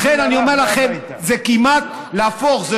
לכן, אני אומר לכם שזה לא סיפוח,